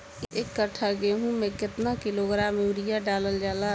एक कट्टा गोहूँ में केतना किलोग्राम यूरिया डालल जाला?